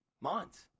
Months